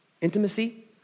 intimacy